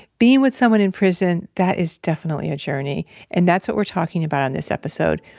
being with someone in prison, that is definitely a journey and that's what we're talking about on this episode.